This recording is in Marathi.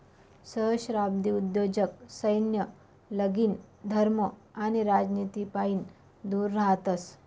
सहस्त्राब्दी उद्योजक सैन्य, लगीन, धर्म आणि राजनितीपाईन दूर रहातस